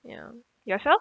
ya yourself